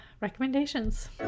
recommendations